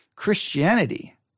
Christianity